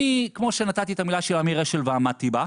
אני, כמו שנתתי את המילה שלי לאמיר אשל ועמדתי בה,